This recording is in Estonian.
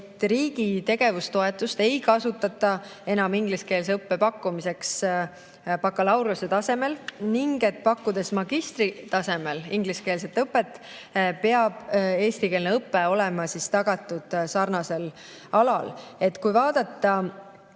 riigi tegevustoetust ei kasutataks enam ingliskeelse õppe pakkumiseks bakalaureusetasemel ning kui pakkuda magistritasemel ingliskeelset õpet, peab ka eestikeelne õpe olema tagatud sarnasel alal. Tegevustoetuse